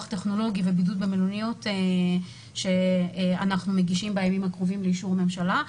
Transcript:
טכנולוגי ובידוד במלוניות שאנחנו מגישים בימים הקרובים לאישור הממשלה.